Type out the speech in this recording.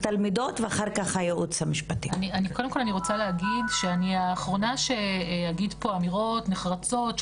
אני רוצה להגיד שאני האחרונה שאגיד פה אמירות נחרצות.